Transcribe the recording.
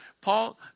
Paul